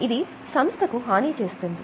ఇది సంస్థకు హాని చేస్తుంది